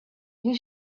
you